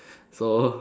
so